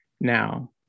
now